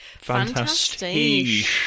Fantastic